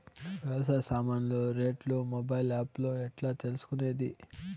వ్యవసాయ సామాన్లు రేట్లు మొబైల్ ఆప్ లో ఎట్లా తెలుసుకునేది?